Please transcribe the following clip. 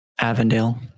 Avondale